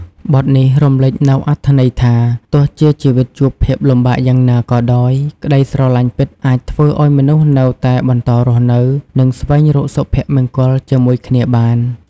បទនេះរំលេចនូវអត្ថន័យថា ទោះជាជីវិតជួបភាពលំបាកយ៉ាងណាក៏ដោយ ក្តីស្រឡាញ់ពិតអាចធ្វើឲ្យមនុស្សនៅតែបន្តរស់នៅ និងស្វែងរកសុភមង្គលជាមួយគ្នាបាន។